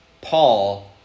Paul